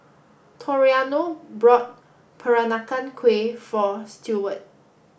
Toriano bought Peranakan Kueh for Stewart